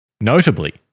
Notably